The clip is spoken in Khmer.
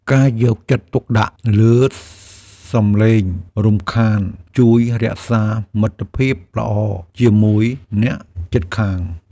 ការយកចិត្តទុកដាក់លើសម្លេងរំខានជួយរក្សាមិត្តភាពល្អជាមួយអ្នកជិតខាង។